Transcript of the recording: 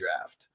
draft